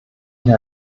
hier